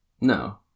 no